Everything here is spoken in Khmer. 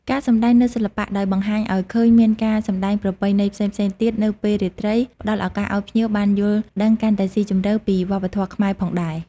ការសម្តែងនូវសិល្បៈ ដោយបង្ហាញឲ្យឃើញមានការសម្តែងប្រពៃណីផ្សេងៗទៀតនៅពេលរាត្រី ផ្ដល់ឱកាសឱ្យភ្ញៀវបានយល់ដឹងកាន់តែស៊ីជម្រៅពីវប្បធម៌ខ្មែរផងដែរ។